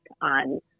on